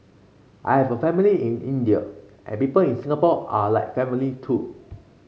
I have a family in India and people in Singapore are like family too